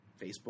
Facebook